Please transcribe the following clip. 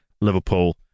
Liverpool